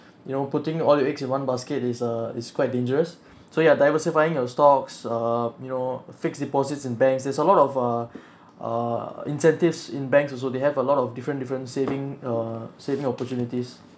you know putting all your eggs in one basket is uh is quite dangerous so ya diversifying your stocks err you know fixed deposits in banks there's a lot of err err incentives in banks also they have a lot of different different saving err saving opportunities